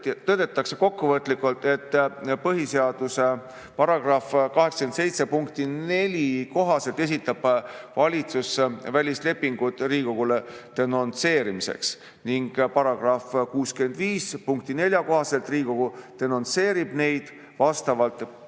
tõdetakse kokkuvõtlikult, et põhiseaduse § 87 punkti 4 kohaselt esitab valitsus välislepingud Riigikogule denonsseerimiseks ning § 65 punkti 4 kohaselt Riigikogu denonsseerib neid vastavalt